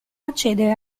accedere